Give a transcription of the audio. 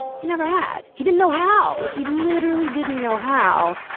he never had. he didn't know how! like, he literally didn't know how,